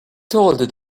told